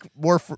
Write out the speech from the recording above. more